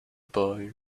boy